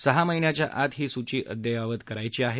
सहा महिन्याच्या आत ही सुची अद्यायावत करायची आहे